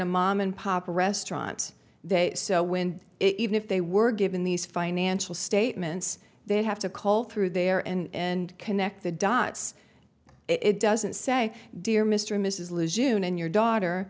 a mom and pop restaurant they so when even if they were given these financial statements they have to cull through there and connect the dots it doesn't say dear mr mrs lose you and your daughter